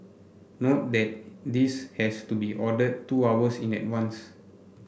note that this has to be ordered two hours in advance